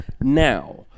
now